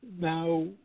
now